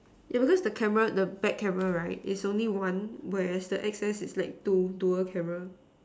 yeah because the camera the back camera right is only one whereas the X S is like two dual camera